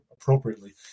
appropriately